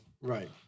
Right